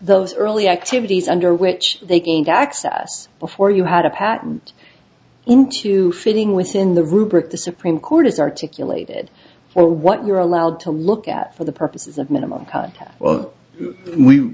those early activities under which they gained access before you had a patent into fitting within the rubric the supreme court has articulated or what you're allowed to look at for the purposes of minimal we